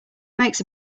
makes